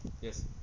Yes